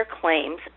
claims